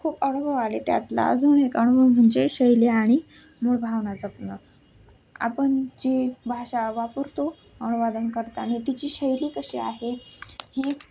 खूप अनुभव आले त्यातला अजून एक अनुभव म्हणजे शैली आणि मूळ भावना जपणं आपण जी भाषा वापरतो अनुवाद करताना तिची शैली कशी आहे ही